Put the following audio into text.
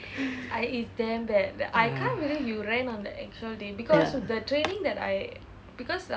ya